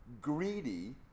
greedy